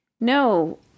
No